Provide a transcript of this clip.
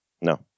No